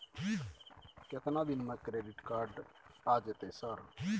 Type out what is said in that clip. केतना दिन में क्रेडिट कार्ड आ जेतै सर?